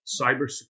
cyber